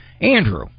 Andrew